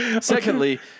Secondly